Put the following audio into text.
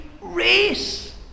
race